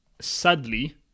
sadly